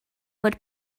fod